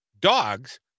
dogs